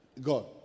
God